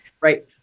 Right